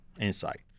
InSight